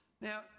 Now